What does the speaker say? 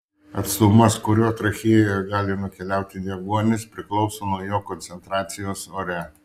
atstumas kuriuo trachėjoje gali nukeliauti deguonis priklauso nuo jo koncentracijos ore